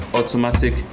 automatic